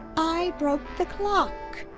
i broke the clock!